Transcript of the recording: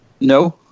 No